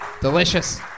delicious